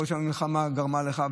יכול להיות שהמלחמה גרמה לכך,